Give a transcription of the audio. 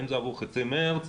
האם זה עבור חצי מרס,